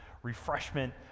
refreshment